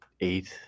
eight